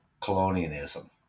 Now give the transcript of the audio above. colonialism